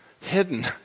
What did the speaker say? hidden